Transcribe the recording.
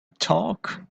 talk